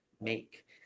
make